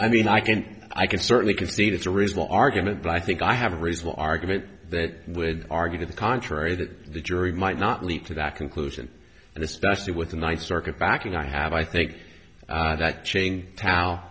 i mean i can't i can certainly can see that's a reasonable argument but i think i have a reasonable argument that would argue to the contrary that the jury might not leap to that conclusion and especially with the nice circuit backing i have i think that chain t